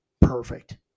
perfect